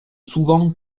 souvent